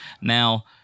Now